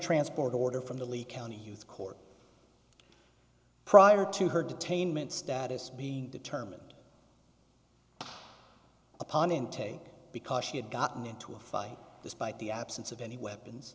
transport order from the lee county youth court prior to her detainment status being determined upon intake because she had gotten into a fight despite the absence of any weapons